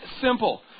simple